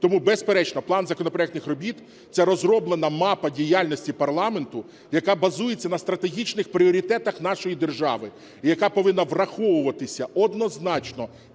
Тому, безперечно, план законопроектних робіт – це розроблена мапа діяльності парламенту, яка базується на стратегічних пріоритетах нашої держави і яка повинна враховуватися однозначно